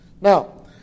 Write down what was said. Now